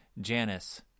Janice